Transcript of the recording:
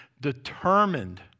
determined